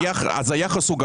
אז היחס הוא גבוה.